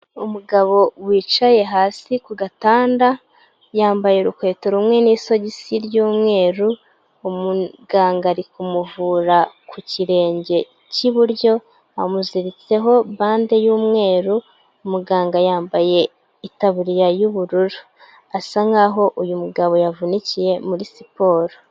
Umugabo wicaye hasi ku gatanda, yambaye urukweto rumwe n'isogisi ry'umweru, umuganga ari kumuvura ku kirenge k'iburyo, amuziritseho bande y'umweru, umuganga yambaye itaburiya y'ubururu, asa nkaho uyu mugabo yavunikiye muri siporo.